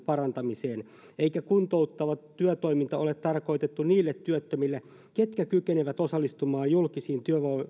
parantamiseen eikä kuntouttava työtoiminta ole tarkoitettu niille työttömille ketkä kykenevät osallistumaan julkisiin